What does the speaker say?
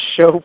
show